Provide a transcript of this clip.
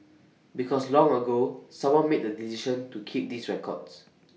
because long ago someone made the decision to keep these records